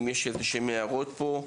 אם יש איזשהם הערות פה,